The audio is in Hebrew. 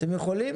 אתם יכולים,